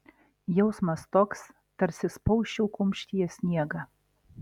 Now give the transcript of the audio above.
jausmas toks tarsi spausčiau kumštyje sniegą